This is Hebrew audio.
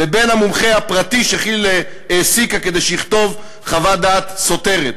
לבין המומחה הפרטי שכי"ל העסיקה כדי שיכתוב חוות דעת סותרת.